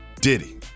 Diddy